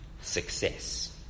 success